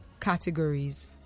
categories